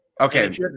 Okay